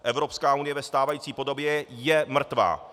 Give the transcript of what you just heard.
Evropská unie ve stávající podobě je mrtvá!